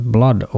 Blood